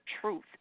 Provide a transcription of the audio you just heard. truth